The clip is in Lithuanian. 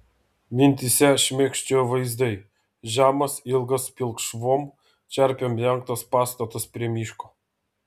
mintyse šmėkščiojo vaizdai žemas ilgas pilkšvom čerpėm dengtas pastatas prie miško